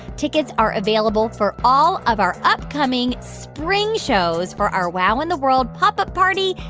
tickets are available for all of our upcoming spring shows for our wow in the world pop up party,